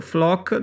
Flock